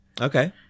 Okay